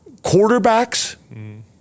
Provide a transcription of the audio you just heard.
quarterbacks